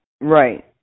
Right